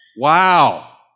Wow